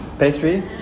pastry